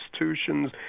institutions